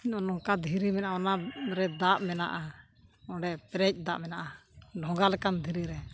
ᱱᱚᱝᱠᱟ ᱫᱷᱤᱨᱤ ᱢᱮᱱᱟᱜᱼᱟ ᱚᱱᱟᱨᱮ ᱫᱟᱜ ᱢᱮᱱᱟᱜᱼᱟ ᱚᱸᱰᱮ ᱯᱮᱨᱮᱡ ᱫᱟᱜ ᱢᱮᱱᱟᱜᱼᱟ ᱰᱷᱚᱸᱜᱟ ᱞᱮᱠᱟᱱ ᱫᱷᱤᱨᱤ ᱨᱮ